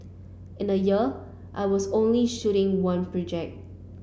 in a year I was only shooting one project